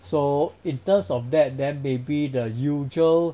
so in terms of that then maybe the usual